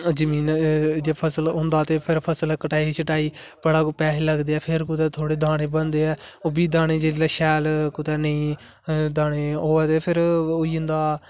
जमीना फसल होंदा ते फसल कटाई शटाई बड़ा पेसे लगदे है फिर कुतै थोह्डे़ दाने बनदे ऐ ओहबी दाने जिसलै शैल कुतै नेईं दाने होआ दे फिर होई जंदा